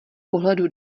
pohledu